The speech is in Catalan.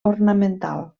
ornamental